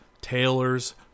tailors